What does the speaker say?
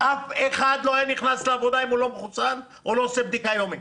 אף אחד לא היה נכנס לעבודה אם הוא לא מחוסן או לא עושה בדיקה יומית.